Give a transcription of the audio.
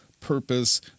purpose